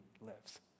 lives